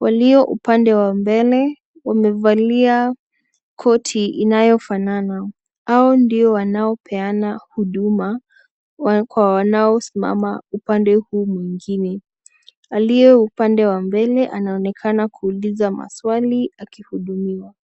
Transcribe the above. Walio upande wa mbele, wamevalia koti inayofanana. Hao ndio wanaopeana huduma kwa wanaosimama upande huu mwingine. Aliye upande wa mbele anaonekana kuuliza maswali akihudumiwa.